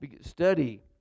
study